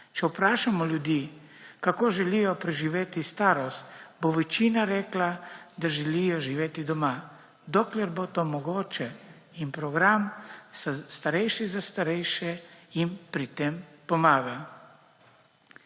Če vprašamo ljudi kako želijo preživeti starost, bo večina rekla, da želijo živeti doma, dokler bo to mogoče in program starejši za starejše jim pri tem pomaga.